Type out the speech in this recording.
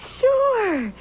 sure